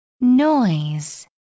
Noise